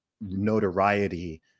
notoriety